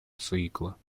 цикла